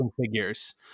figures